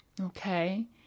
Okay